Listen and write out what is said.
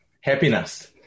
Happiness